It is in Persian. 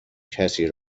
کسی